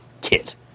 kit